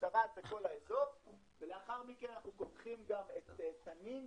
שמשתרעת על פני כל האזור ולאחר מכן אנחנו קודחים גם את תנין,